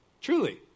Truly